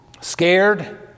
scared